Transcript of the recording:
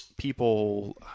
People